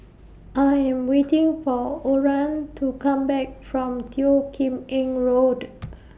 I Am waiting For Oran to Come Back from Teo Kim Eng Road